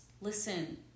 Listen